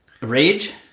Rage